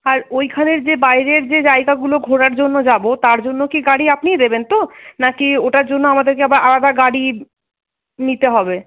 আর ওইখানের যে বাইরের যে জায়গাগুলো ঘোরার জন্য যাবো তার জন্য কি গাড়ি আপনিই দেবেন তো নাকি ওটার জন্য আমাদেরকে আবার আলাদা গাড়ি নিতে হবে